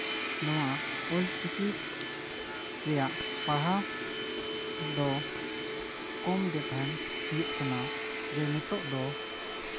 ᱱᱚᱣᱟ ᱚᱞᱪᱤᱠᱤ ᱨᱮᱭᱟᱜ ᱯᱟᱲᱦᱟᱣ ᱫᱚ ᱠᱚᱢ ᱜᱮ ᱛᱟᱦᱮᱱ ᱦᱩᱭᱩᱜ ᱠᱟᱱᱟ ᱡᱮ ᱱᱤᱛᱳᱜ ᱫᱚ